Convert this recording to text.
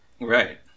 Right